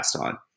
on